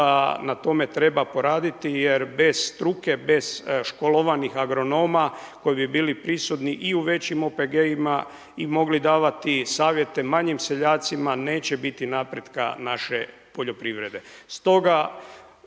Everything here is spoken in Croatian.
na tome treba poraditi. Jer bez struke, bez školovanih agronoma koji bi bili prisutni i u većim OPG-ima i mogli davati savjete manjim seljacima, neće biti napretka naše poljoprivrede.